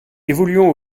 évoluant